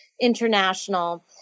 International